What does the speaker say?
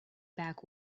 back